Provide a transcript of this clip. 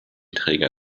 träger